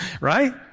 Right